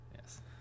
Yes